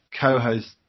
co-host